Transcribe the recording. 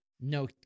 no